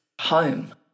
home